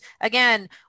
again